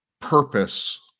purpose